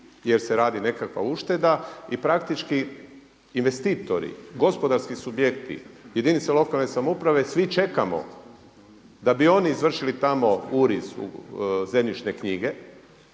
jer se radi nekakva ušteda i praktički investitori, gospodarski subjekti, jedinice lokalne samouprave svi čekamo da bi oni izvršili tamo uriz u zemljišne knjige